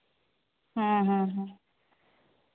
ᱦᱮᱸ ᱦᱮᱸ ᱦᱮᱸ